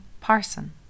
parson